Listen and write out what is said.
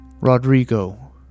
Rodrigo